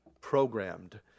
programmed